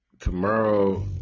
Tomorrow